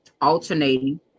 alternating